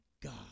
God